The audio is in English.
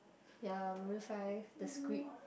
ya Maroon-Five the-Script